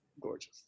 Gorgeous